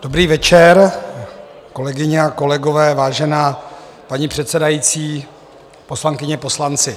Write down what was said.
Dobrý večer, kolegyně a kolegové, vážená paní předsedající, poslankyně, poslanci.